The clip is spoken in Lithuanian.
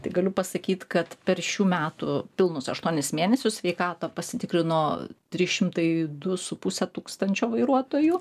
tai galiu pasakyt kad per šių metų pilnus aštuonis mėnesius sveikatą pasitikrino trys šimtai du su puse tūkstančio vairuotojų